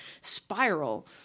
spiral